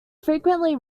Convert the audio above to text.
frequently